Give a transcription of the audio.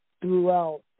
throughout